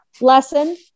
lesson